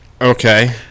okay